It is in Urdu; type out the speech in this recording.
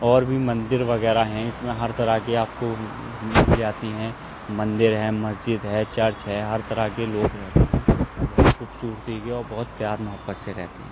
اور بھی مندر وغیرہ ہیں اس میں ہر طرح کے آپ کو جاتی ہیں مندر ہے مسجد ہے چرچ ہے ہر طرح کے لوگ رہتے ہیں بہت خوبصورتی کے اور بہت پیار محبت سے رہتے ہیں